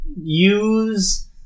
use